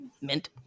Mint